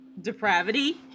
Depravity